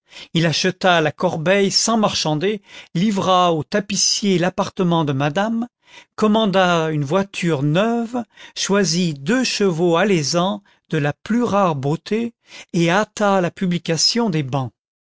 il acheta la corbeille sans marchander livra aux tapissiers l'appartement de madame commanda une voiture neuve choisit deux chevaux alezans de la plus rare beauté et hâta la publication des bans